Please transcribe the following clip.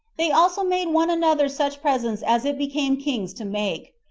they also made one another such presents as it became kings to make,